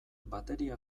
bateria